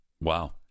Wow